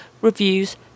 reviews